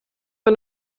für